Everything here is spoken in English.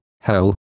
hell